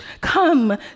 Come